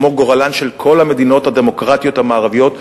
כמו גורלן של כל המדינות הדמוקרטיות המערביות,